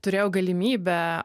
turėjau galimybę